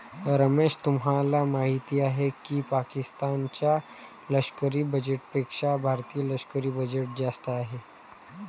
रमेश तुम्हाला माहिती आहे की पाकिस्तान च्या लष्करी बजेटपेक्षा भारतीय लष्करी बजेट जास्त आहे